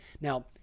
Now